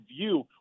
view